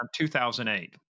2008